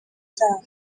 zabo